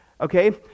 Okay